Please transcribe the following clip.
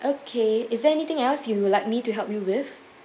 okay is there anything else you would like me to help you with